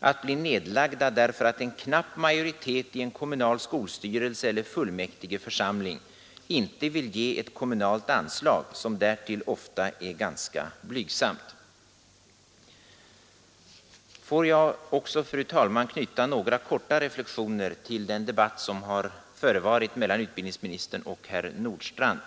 att bli nedlagda därför att en knapp majoritet i en kommunal skolstyrelse eller fullmäktigeförsam ling inte vill ge ett kommunalt anslag, som därtill ofta är ganska blygsamt. Får jag också, fru talman, knyta några korta reflexioner till den debatt som förevarit mellan utbildningsministern och herr Nordstrandh.